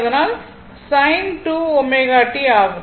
அதனால் sin 2 ω t ஆகும்